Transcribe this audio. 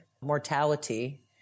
mortality